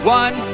one